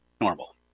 normal